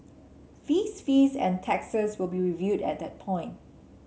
fees fees and taxes will be reviewed at that point